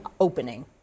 opening